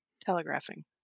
telegraphing